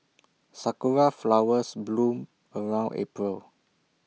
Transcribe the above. Sakura Flowers bloom around April